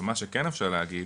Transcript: ומה שכן אפשר להגיד,